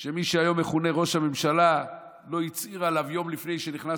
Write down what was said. שמי שהיום מכונה ראש הממשלה לא הצהיר עליו יום לפני שנכנס